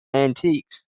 antiques